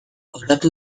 osatu